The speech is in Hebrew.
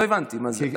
לא הבנתי מה זה.